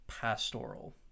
pastoral